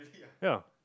ya